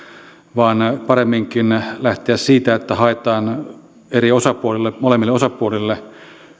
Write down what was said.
vaan paremminkin lähteä siitä että haetaan eri osapuolille molemmille osapuolille